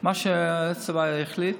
מה שהצבא יחליט.